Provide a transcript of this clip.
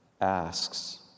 asks